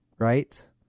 Right